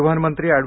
परिवहन मंत्री एड